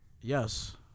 Yes